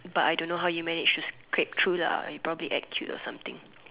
but I don't know how you managed to scrape through lah you probably act cute or something